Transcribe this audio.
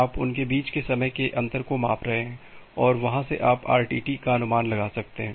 आप उनके बीच के समय के अंतर को माप रहे हैं और वहां से आप आरटीटी का अनुमान लगा सकते हैं